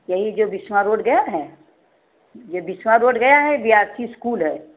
यही जो विश्वा रोड गएं है यह विश्वा रोड गए है यह बी आर सी स्कूल है